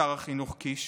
שר החינוך קיש,